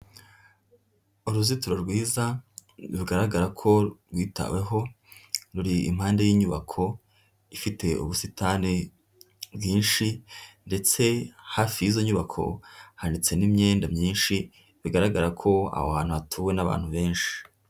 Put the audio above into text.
Uruzitiro rwiza bigaragara ko rwitaweho, ruri impande y'inyubako ifite ubusitani bwinshi, ndetse hafi y'izo nyubako, hanitse n'imyenda myinshi, bigaragara ko aho hantu hatuwe n'abantu benshi.